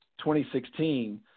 2016 –